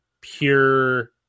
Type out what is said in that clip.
pure